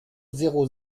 zéro